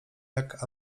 jak